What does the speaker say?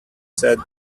said